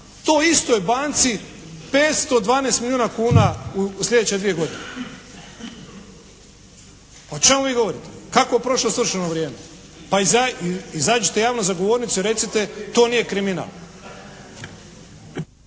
toj istoj banci 512 milijuna kuna u slijedeće dvije godine. O čemu vi govorite? Kakvo prošlo svršeno vrijeme? Pa izađite javno za govornicu i recite to nije kriminal.